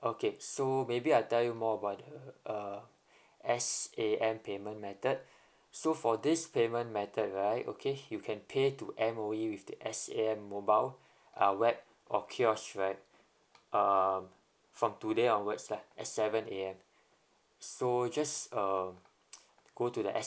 okay so maybe I'll tell you more about the uh S_A_M payment method so for this payment method right okay you can pay to M_O_E with the S_A_M mobile uh web or kiosk right um from today onwards lah at seven A_M so just um go to the